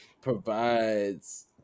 provides –